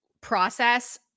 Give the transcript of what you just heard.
process